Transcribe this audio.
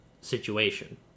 situation